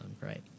right